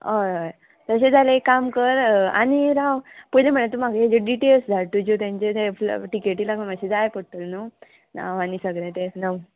हय हय तशें जाल्यार एक काम कर आनी राव पयलें म्हणल्यार तूं म्हाका येजी डिटेल्स धाड तुज्यो तेंचे ते टिकेटी लागून मातशें जाय पडटल्यो न्हू नांव आनी सगळें तें न